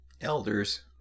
Elders